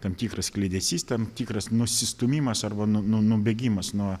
tkam tikras kliedesys tam tikras nusistūmimas arba nu nu nubėgimas nuo